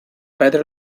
perdre